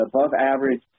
above-average